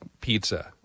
pizza